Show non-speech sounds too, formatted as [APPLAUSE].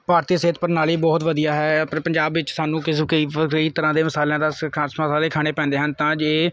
ਭਾਰਤੀ ਸਿਹਤ ਪ੍ਰਣਾਲੀ ਬਹੁਤ ਵਧੀਆ ਹੈ ਪਰ ਪੰਜਾਬ ਵਿੱਚ ਸਾਨੂੰ ਕਿਸੇ ਕਈ ਕਈ ਤਰ੍ਹਾਂ ਦੇ ਮਸਾਲਿਆਂ ਦਾ [UNINTELLIGIBLE] ਖਾਣੇ ਪੈਂਦੇ ਹਨ ਤਾਂ ਜੇ